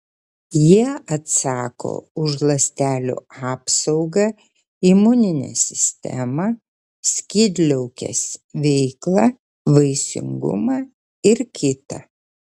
jie atsako už ląstelių apsaugą imuninę sistemą skydliaukės veiklą vaisingumą ir kita